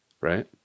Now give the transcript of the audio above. right